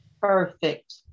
Perfect